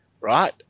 right